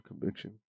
conviction